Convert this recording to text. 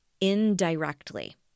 indirectly